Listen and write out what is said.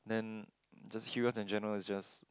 then just heros and general is just